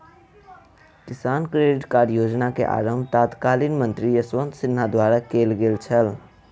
किसान credit card योजना के आरम्भ तत्कालीन मंत्री यशवंत सिन्हा द्वारा कयल गेल छल